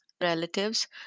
relatives